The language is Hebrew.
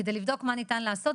כדי לבדוק מה ניתן לעשות.